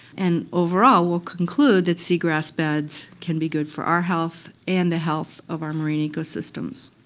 and overall we'll conclude that seagrass beds can be good for our health and the health of our marine ecosystems.